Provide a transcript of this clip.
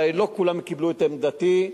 לא כולם קיבלו את עמדתי,